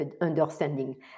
understanding